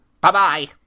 Bye-bye